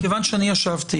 אני ישבתי